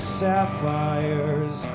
sapphires